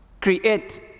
create